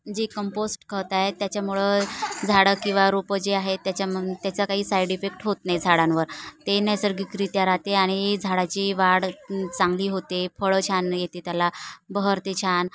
जे कंपोस्ट खत आहे त्याच्यामुळं झाडं किंवा रोपं जे आहे त्याच्याम त्याचा काही साईड इफेक्ट होत नाही झाडांवर ते नैसर्गिकरित्या राहते आणि झाडाची वाढ चांगली होते फळं छान येते त्याला बहरते छान